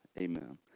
Amen